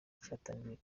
cyatangiye